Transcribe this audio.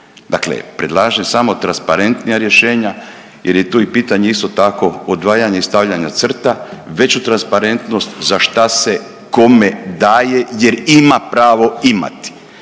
Dakle, predlažem samo transparentnija rješenja, jer je i tu pitanje isto tako odvajanje i stavljanje crta, veću transparentnost za šta se kome daje jer ima pravo imati